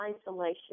isolation